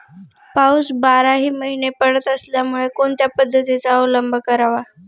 पाऊस बाराही महिने पडत असल्यामुळे कोणत्या पद्धतीचा अवलंब करावा?